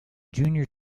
junior